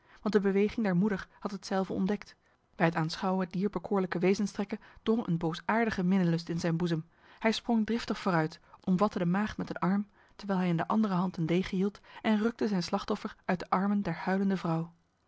want de beweging der moeder had hetzelve ontdekt bij het aanschouwen dier bekoorlijke wezenstrekken drong een boosaardige minnelust in zijn boezem hij sprong driftig vooruit omvatte de maagd met een arm terwijl hij in de andere hand een degen hield en rukte zijn slachtoffer uit de armen der huilende vrouw